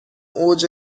اوج